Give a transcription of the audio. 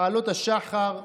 בעלות השחר,